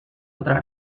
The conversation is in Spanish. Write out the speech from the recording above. otra